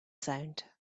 sound